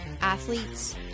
athletes